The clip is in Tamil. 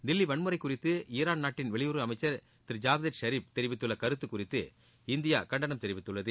தில்லி வன்முறை குறித்து ஈரான் நாட்டின் வெளியுறவு அமைச்சர் திரு ஜாவேத் ஷிரீப் தெரிவித்துள்ள கருத்து குறித்து இந்தியா கண்டனம் தெரிவித்துள்ளது